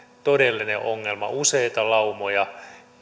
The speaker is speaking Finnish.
todellinen ongelma on useita laumoja